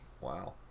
Wow